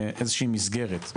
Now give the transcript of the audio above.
איזושהי מסגרת,